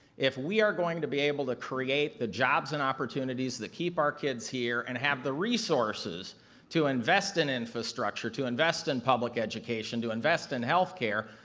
if we're going to be able to create the jobs and opportunities to keep our kids here and have the resources to invest in infrastructure, to invest in public education, to invest in healthcare,